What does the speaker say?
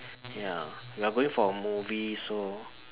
ya we are going for a movie so